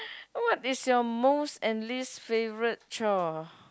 what is your most and least favourite chore